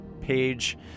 page